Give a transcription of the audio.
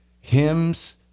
hymns